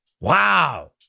Wow